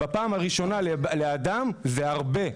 בפעם הראשונה זה הרבה.